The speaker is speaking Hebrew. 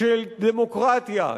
של דמוקרטיה,